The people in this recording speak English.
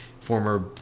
former